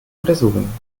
untersuchungen